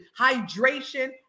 hydration